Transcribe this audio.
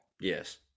Yes